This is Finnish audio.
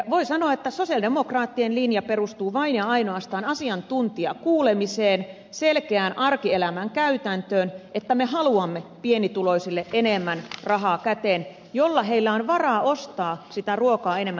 voi sanoa että sosialidemokraattien linja perustuu vain ja ainoastaan asiantuntijakuulemiseen selkeään arkielämän käytäntöön että me haluamme pienituloisille enemmän käteen rahaa jolla heillä on varaa ostaa sitä ruokaa enemmän